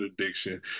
addiction